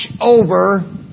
over